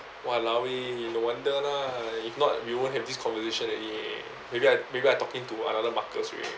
!walao! eh no wonder lah if not we won't have this conversation eh maybe I maybe I talking to another marcus eh